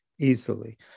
easily